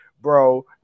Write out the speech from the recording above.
bro